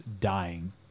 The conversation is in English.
dying